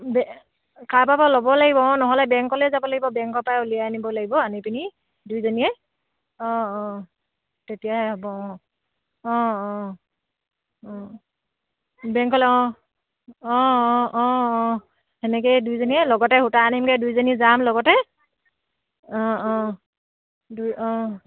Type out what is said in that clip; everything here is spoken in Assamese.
কাৰবাৰ পৰা ল'ব লাগিব অঁ নহ'লে বেংকলে যাব লাগিব বেংকৰ পৰাই উলিয়াই আনিব লাগিব আনি পিনি দুইজনীয়ে অঁ অঁ তেতিয়াই হ'ব অঁ অঁ অঁ অঁ বেংকলে অঁ অঁ অঁ অঁ অঁ সেনেকেই দুইজনীয়ে লগতে সূতা আনিমগে দুইজনী যাম লগতে অঁ অঁ দুই অঁ